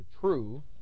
true